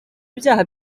ibyaha